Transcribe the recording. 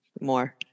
more